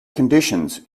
conditions